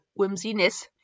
whimsiness